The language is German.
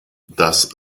das